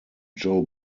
joe